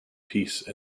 peace